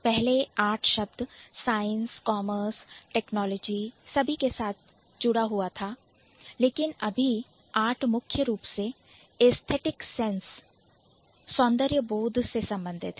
पहले आर्ट शब्द science commerce technology सभी के साथ जुड़ा हुआ था पूर्णविराम लेकिन अभी आर्ट मुख्य रूप से aesthetic sense एसथेटिक सेंस अर्थात सौंदर्य बोध से संबंधित है